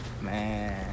Man